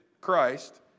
Christ